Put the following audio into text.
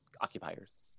occupiers